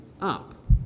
up